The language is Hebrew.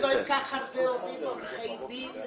יש כל כך הרבה הורים עורכי דין,